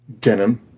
Denim